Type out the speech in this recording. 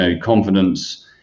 confidence